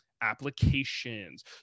applications